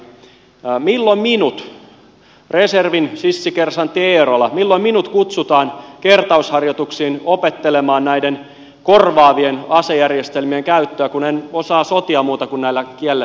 milloin minut reservin sissikersantti eerola milloin minut kutsutaan kertausharjoituksiin opettelemaan näiden korvaavien asejärjestelmien käyttöä kun en osaa sotia muuta kuin näillä kielletyillä aseilla